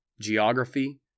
geography